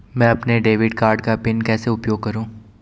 मैं अपने debit card का पिन कैसे उपयोग करूँ?